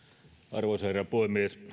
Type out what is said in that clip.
arvoisa herra puhemies